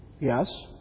Yes